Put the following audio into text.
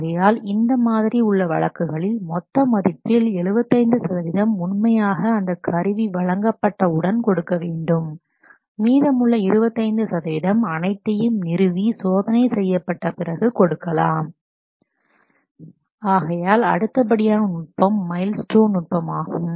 ஆகையால் இந்த மாதிரி உள்ள வழக்குகளில் மொத்த மதிப்பில் 75 சதவீதம் உண்மையாக அந்தக் கருவி வழங்கப்பட்ட உடன் கொடுக்க வேண்டும் மீதமுள்ள 25 சதவீதம் அனைத்தையும் நிறுவி சோதனை செய்யப்பட்ட பிறகு கொடுக்கலாம் ஆகையால் அடுத்தபடியான நுட்பம் மைல் ஸ்டோன் நுட்பமாகும்